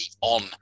on